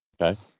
Okay